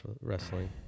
wrestling